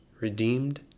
redeemed